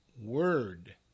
word